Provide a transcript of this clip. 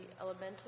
elemental